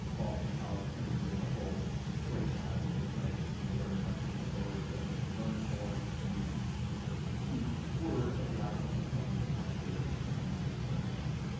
boston college community as a whole, it's great to have you here today and we're very much looking forward to learning more when we receive word of the outcome of some of these conversations in coming weeks and months.